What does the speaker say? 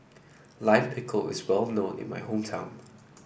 Lime Pickle is well known in my hometown